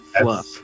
fluff